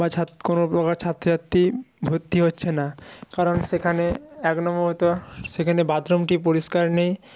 বা ছাত কোন প্রকার ছাত্র ছাত্রী ভর্তি হচ্ছে না কারণ সেখানে এক নম্বর তো সেখানে বাথরুমটি পরিষ্কার নেই